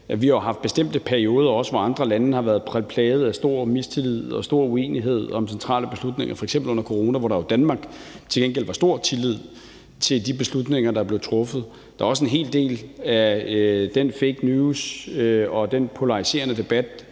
Vi har haft bestemte perioder, hvor andre lande har været plaget af stor mistillid og stor uenighed om centrale beslutninger, f.eks. under corona, hvor der jo i Danmark til gengæld var stor tillid til de beslutninger, der blev truffet. Der er også en hel del af den fake news og den polariserende debat,